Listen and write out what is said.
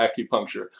acupuncture